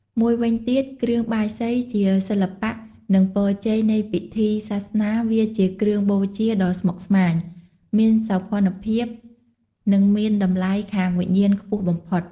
មួយវិញទៀតគ្រឿងបាយសីជា សិល្បៈ និងពរជ័យនៃពិធីសាសនាវាជាគ្រឿងបូជាដ៏ស្មុគស្មាញ មានសោភ័ណភាព និងមានតម្លៃខាងវិញ្ញាណខ្ពស់បំផុត។